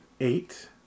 Eight